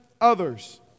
others